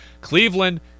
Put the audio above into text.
Cleveland